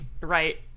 Right